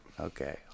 Okay